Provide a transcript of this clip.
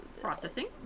processing